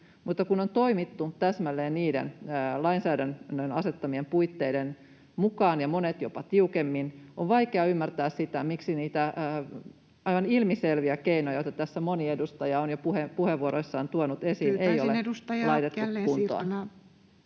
kun on toimittu täsmälleen niiden lainsäädännön asettamien puitteiden mukaan ja monet jopa tiukemmin, on vaikea ymmärtää sitä, miksi niitä aivan ilmiselviä keinoja, joita tässä moni edustaja on jo puheenvuoroissaan tuonut esille, ei ole laitettu kuntoon.